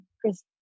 Chris